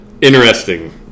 Interesting